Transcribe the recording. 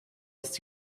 ist